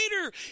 later